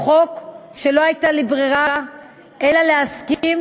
הוא חוק שלא הייתה לי ברירה אלא להסכים